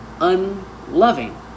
unloving